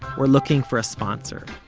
we're looking for a sponsor.